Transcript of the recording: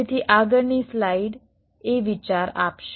તેથી આગળની સ્લાઇડ એ વિચાર આપશે